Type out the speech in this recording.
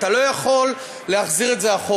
אתה לא יכול להחזיר את זה אחורנית.